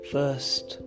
first